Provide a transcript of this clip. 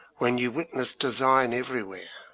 when you witness design everywhere.